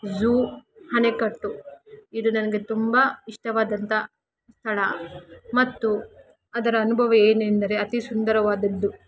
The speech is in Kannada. ಝೂ ಅಣೆಕಟ್ಟು ಇದು ನನಗೆ ತುಂಬ ಇಷ್ಟವಾದಂಥ ಸ್ಥಳ ಮತ್ತು ಅದರ ಅನುಭವ ಏನೆಂದರೆ ಅತಿ ಸುಂದರವಾದದ್ದು